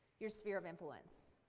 your sphere of influence.